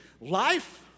life